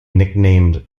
nicknamed